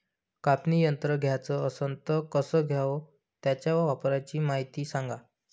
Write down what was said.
कापनी यंत्र घ्याचं असन त कस घ्याव? त्याच्या वापराची मायती सांगा